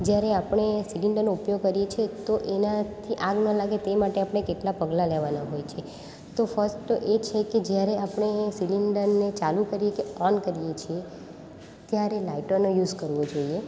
જ્યારે આપણે સિલિન્ડરનો ઉપયોગ કરીએ છે તો એનાથી આગ ના લાગે તે માટે આપણે કેટલા પગલાં લેવાના હોય છે તો ફસ્ટ તો એ છે કે જ્યારે આપણે સિલિન્ડરને ચાલુ કરીએ કે ઓન કરીએ છીએ ત્યારે લાઇટરનો યુઝ કરવો જોઈએ